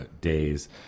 days